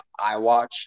iWatch